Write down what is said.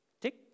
Tick